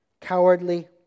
cowardly